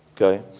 Okay